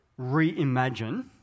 reimagine